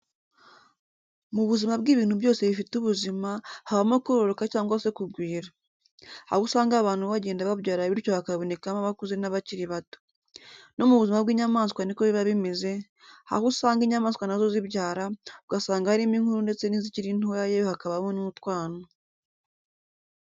Mu buzima bw'ibintu byose bifite ubuzima, habaho kororoka cyangwa se kugwira. Aho usanga abantu bagenda babyara bityo hakabonekamo abakuze n'abakiri bato. No mu buzima bw'inyamaswa niko biba bimeze, aho uasnga inyamaswa na zo zibyara,' ugasanga harimo inkuru ndetse nizikiri ntoya yewe hakabamo n'utwana.